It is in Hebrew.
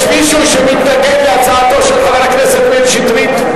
יש מישהו שמתנגד להצעתו של חבר הכנסת מאיר שטרית?